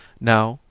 now,